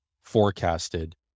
forecasted